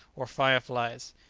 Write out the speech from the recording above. or fire-flies,